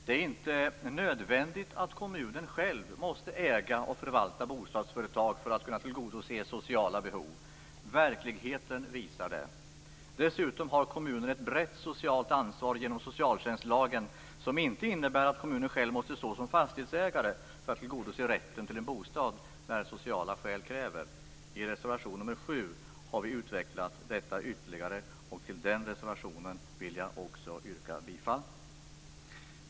Det är inte nödvändigt att kommunen själv måste äga och förvalta bostadsföretag för att kunna tillgodose sociala behov. Verkligheten visar det. Dessutom har kommunen ett brett socialt ansvar genom socialtjänstlagen, som inte innebär att kommunen själv måste stå som fastighetsägare för att tillgodose rätten till en bostad när sociala skäl så kräver. I reservation nr 7 har vi utvecklat detta ytterligare. Till den reservationen vill jag också yrka bifall.